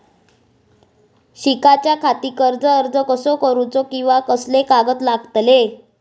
शिकाच्याखाती कर्ज अर्ज कसो करुचो कीवा कसले कागद लागतले?